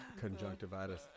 conjunctivitis